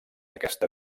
aquesta